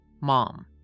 mom